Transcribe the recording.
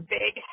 big